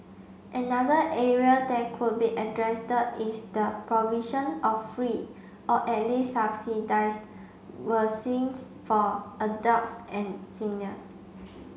another area that could be address is the provision of free or at least subsidised vaccines for adults and seniors